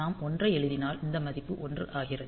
நாம் 1 ஐ எழுதினால் இந்த மதிப்பு 1 ஆகிறது